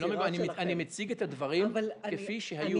לא, אני מציג את הדברים כפי שהיו.